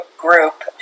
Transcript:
group